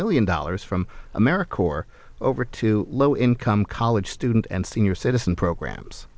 million dollars from america or over to low income college student and senior citizen programs